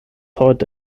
heute